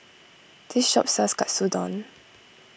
this shop sells Katsudon